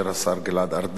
השר גלעד ארדן,